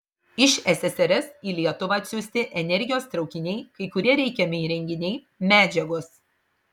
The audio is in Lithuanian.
iš ssrs į lietuvą atsiųsti energijos traukiniai kai kurie reikiami įrenginiai medžiagos